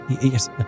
Yes